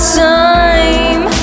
time